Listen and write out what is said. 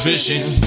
Fishing